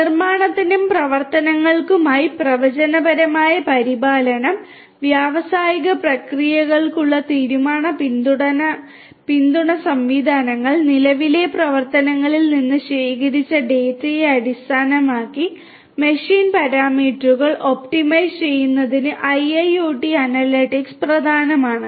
നിർമ്മാണത്തിനും പ്രവർത്തനങ്ങൾക്കുമായി പ്രവചനപരമായ പരിപാലനം വ്യാവസായിക പ്രക്രിയകൾക്കുള്ള തീരുമാന പിന്തുണ സംവിധാനങ്ങൾ നിലവിലെ പ്രവർത്തനങ്ങളിൽ നിന്ന് ശേഖരിച്ച ഡാറ്റയെ അടിസ്ഥാനമാക്കി മെഷീൻ പാരാമീറ്ററുകൾ ഒപ്റ്റിമൈസ് ചെയ്യുന്നതിന് IIoT അനലിറ്റിക്സ് പ്രധാനമാണ്